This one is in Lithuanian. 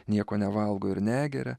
nieko nevalgo ir negeria